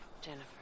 Jennifer